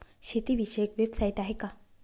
शेतीविषयक वेबसाइट आहे का?